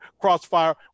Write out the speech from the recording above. Crossfire